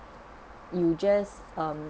you just um